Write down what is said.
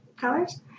colors